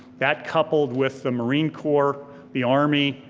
that coupled with the marine corps, the army,